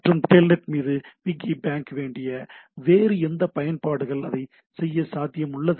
மற்றும் டெல்நெட் மீது piggyback வேண்டிய வேறு எந்த பயன்பாடுகள் அது செய்யத் சாத்தியம் உள்ளது